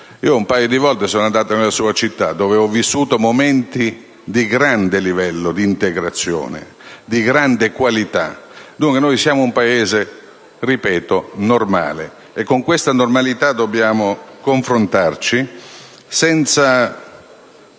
un paio di volte sono andato nella sua città, dove ho vissuto momenti di grande livello di integrazione e di alta qualità. Dunque siamo un Paese, ripeto, normale e con questa normalità dobbiamo confrontarci senza